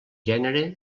gènere